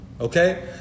okay